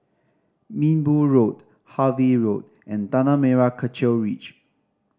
Minbu Road Harvey Road and Tanah Merah Kechil Ridge